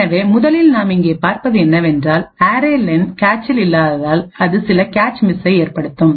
எனவே முதலில் நாம் இங்கே பார்ப்பது என்னவென்றால்அரே லென்array len கேச்சில் இல்லாததால் அது சில கேச் மிஸ்ஸை ஏற்படுத்தும்